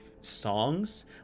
songs